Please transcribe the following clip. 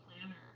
planner